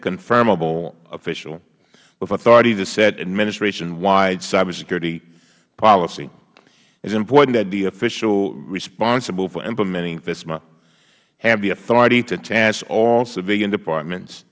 confirmable official with authority to set administration wide cybersecurity policy it is important that the official responsible for implementing fisma have the authority to task all civilian departments